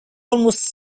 almost